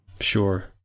Sure